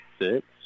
six